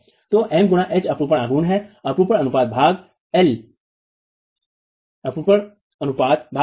तो M गुणा H अपरूपण आघूर्ण है अपरूपण अनुपात भाग l एल